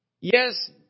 Yes